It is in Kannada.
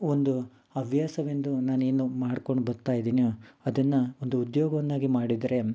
ಒಂದು ಹವ್ಯಾಸವೆಂದು ನಾನೇನು ಮಾಡ್ಕೊಂಡು ಬರ್ತಾಯಿದೀನೋ ಅದನ್ನು ಒಂದು ಉದ್ಯೋಗವನ್ನಾಗಿ ಮಾಡಿದರೆ